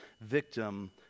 victim